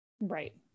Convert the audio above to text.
Right